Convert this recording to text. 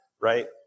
right